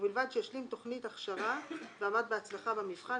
ובלבד שהשלים תוכנית ההכשרה ועמד בהצלחה במבחן,